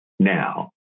now